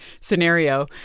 scenario